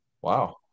Wow